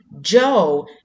Joe